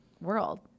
world